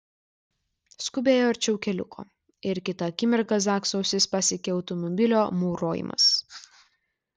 skubėjo arčiau keliuko ir kitą akimirką zakso ausis pasiekė automobilio maurojimas